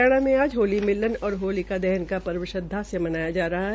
हरियाणा में आज होली मिलन और होलिका दहन का पर्व श्रद्वा से मनाया जा रहा है